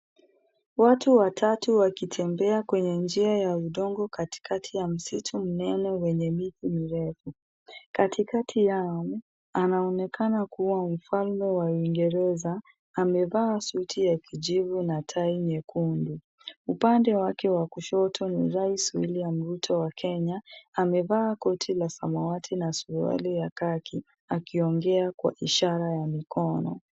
Watu watatu wakitembea kwenye njia ya udongo katikati ya msitu mnene wenye miti mirefu. Katikati yao anaonekana kuwa mfalme wa Uingereza, amevaa suti ya kijivu na tai nyekundu. Upande wake wa kushoto ni Rais William Ruto wa Kenya, amevaa koti la samawati na suruali ya kaki akiongea kwa ishara ya mikono.